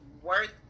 worth